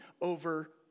over